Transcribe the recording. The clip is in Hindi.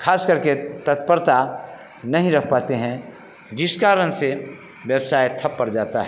ख़ास करके तत्परता नहीं रख पाते हैं जिस कारण से व्यवसाय ठप्प पड़ जाता है